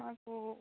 మాకు